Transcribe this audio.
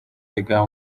yiga